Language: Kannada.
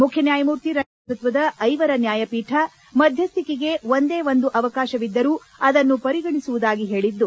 ಮುಖ್ಯ ನ್ನಾಯಮೂರ್ತಿ ರಂಜನ್ ಗೊಗೊಯ್ ನೇತೃತ್ವದ ಐವರ ನ್ನಾಯಬೀಠ ಮಧ್ಯಸ್ತಿಕೆಗೆ ಒಂದೇ ಒಂದು ಅವಕಾಶವಿದ್ದರೂ ಅದನ್ನು ಪರಿಗಣಿಸುವುದಾಗಿ ಹೇಳಿದ್ದು